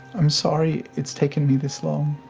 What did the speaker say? i'm sorry it's taken me this long.